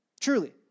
Truly